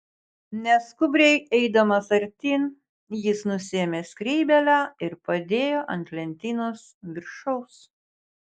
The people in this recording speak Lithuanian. neskubriai eidamas artyn jis nusiėmė skrybėlę ir padėjo ant lentynos viršaus